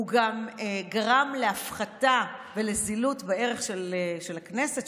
הוא גם גרם להפחתה ולזילות בערך של הכנסת,